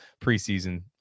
preseason